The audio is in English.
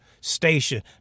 station